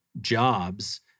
jobs